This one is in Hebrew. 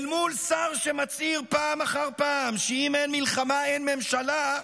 אל מול שר שמצהיר פעם אחר פעם שאם אין מלחמה אין ממשלה,